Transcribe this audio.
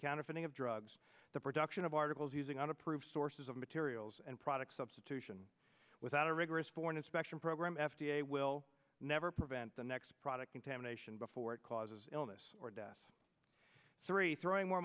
counterfeiting of drugs the production of articles using unapproved sources of materials and products substitution without a rigorous foreign inspection program f d a will never prevent the next product contamination before it causes illness or death three throwing more